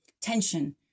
tension